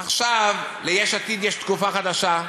עכשיו, ליש עתיד יש תקופה חדשה,